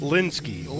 Linsky